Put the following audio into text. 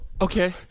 Okay